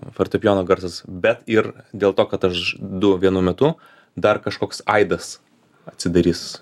fortepijono garsas bet ir dėl to kad aš du vienu metu dar kažkoks aidas atsidarys